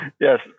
Yes